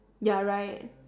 ya right